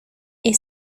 est